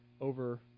over